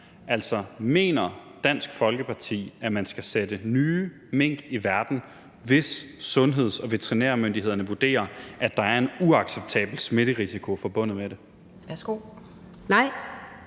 Mener Dansk Folkeparti, at man skal sætte nye mink i verden, hvis sundheds- og veterinærmyndighederne vurderer, at der er en uacceptabel smitterisiko forbundet med det?